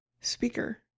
speaker